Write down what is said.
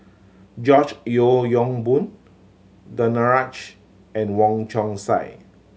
George Yeo Yong Boon Danaraj and Wong Chong Sai